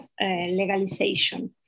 legalization